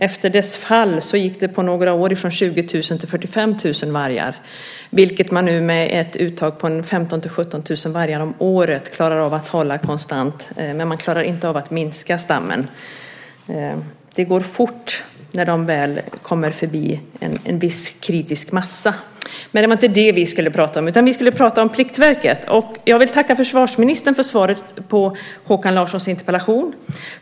Efter Sovjetunionens fall gick den på några år från 20 000 till 45 000 vargar, vilket man nu med ett uttag på 15 000-17 000 vargar om året klarar av att hålla konstant, men man klarar inte av att minska stammen. Det går fort när de väl kommer förbi en viss kritisk massa. Men det var inte det vi skulle prata om, utan vi skulle prata om Pliktverket. Jag vill tacka försvarsministern för svaret på Håkan Larssons interpellation.